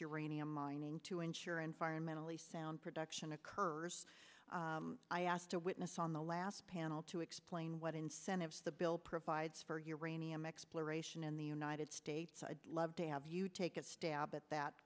uranium mining to ensure environmentally sound production occurs i asked a witness on the last panel to explain what incentives the bill provides for uranium exploration in the united states i'd love to have you take a stab at that